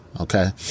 Okay